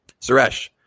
Suresh